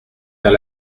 vers